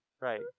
Right